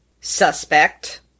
suspect